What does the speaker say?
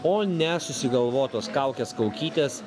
o ne susigalvotos kaukės kaukytės